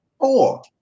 four